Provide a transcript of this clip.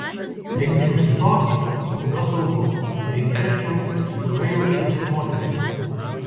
rinkčiausi tokį su kuriuo saugu kurį gerbčiau su kuriuo jausčiausi moterimi